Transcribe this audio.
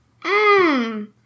Mmm